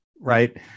Right